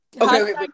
Okay